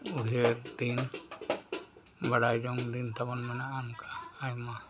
ᱩᱭᱦᱟᱹᱨ ᱫᱤᱱ ᱵᱟᱲᱟᱭ ᱡᱚᱝ ᱫᱤᱱ ᱛᱟᱵᱚᱱ ᱢᱮᱱᱟᱜᱼᱟ ᱚᱱᱠᱟ ᱟᱭᱢᱟ